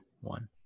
one